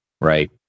right